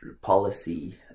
policy